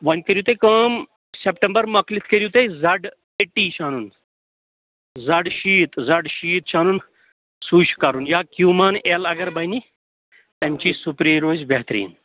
وۅنۍ کٔرِو تُہۍ کٲم سیپٹمبر مۄکلِتھ کٔرِو تُہۍ زَڈ ایٹی چھُ اَنُن زَڈ شیٖت زڈ شیٖت چھُ اَنُن سُے چھُ کَرُن یا کیوٗمان اٮ۪ل اگر بَنہِ تمچی سُپرٛے روزِ بہتریٖن